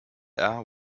air